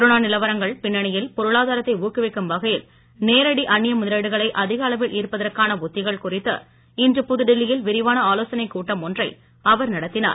corona நிலவரங்கள் பின்னணியில் பொருளாதாரத்தை ஊக்குவிக்கும் வகையில் நேரடி அந்நிய முதலீடுகளை அதிக அளவில் ஈர்ப்பதற்கான உத்திகள் குறித்து இன்று புதுடில்லியில் விரிவான ஆலோசனைக் கூட்டம் ஒன்றை அவர் நடத்தினார்